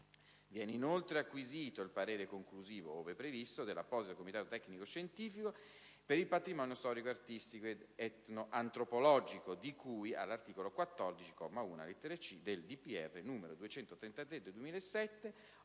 Viene, inoltre, acquisito il parere conclusivo, ove previsto, dell'apposito Comitato tecnico-scientifico per il patrimonio storico, artistico ed etnoantropologico di cui all'articolo 14, comma 1, lettera *c*), del decreto del